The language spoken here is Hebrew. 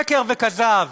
שקר וכזב.